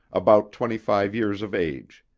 about twenty-five years of age.